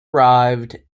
arrived